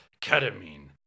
Ketamine